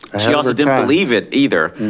and she also didn't believe it either.